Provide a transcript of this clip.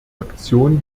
aktion